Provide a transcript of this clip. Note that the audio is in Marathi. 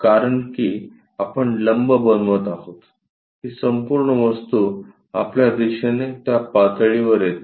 हे कारण की आपण लंब बनवत आहोत ही संपूर्ण वस्तू आपल्या दिशेने त्या पातळीवर येते